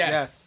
Yes